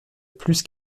plus